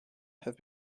have